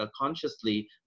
consciously